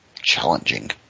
challenging